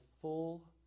full